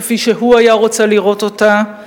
כפי שהוא היה רוצה לראות אותה,